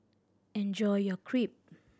enjoy your Crepe